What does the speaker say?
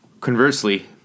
Conversely